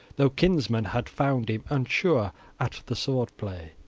though kinsmen had found him unsure at the sword-play.